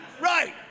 right